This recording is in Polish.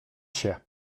się